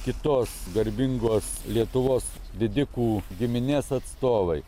kitos garbingos lietuvos didikų giminės atstovai